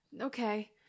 Okay